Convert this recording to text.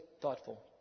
thoughtful